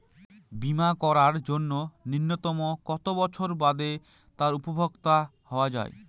বীমা করার জন্য ন্যুনতম কত বছর বাদে তার উপভোক্তা হওয়া য়ায়?